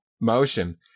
Motion